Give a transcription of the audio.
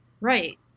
Right